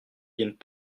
viennent